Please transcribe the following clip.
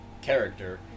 character